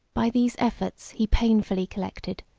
by these efforts he painfully collected,